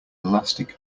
elastic